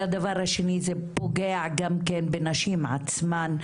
הדבר השני, זה פוגע גם כן בנשים עצמן,